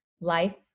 life